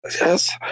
Yes